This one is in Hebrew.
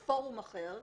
אלה לפורום אחר,